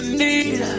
need